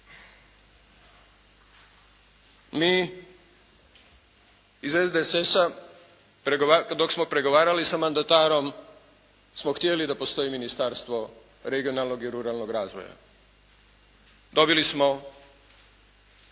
Mi iz SDSS-a dok smo pregovarali sa mandatarom smo htjeli da postoji Ministarstvo regionalnog i ruralnog razvoja. Dobili smo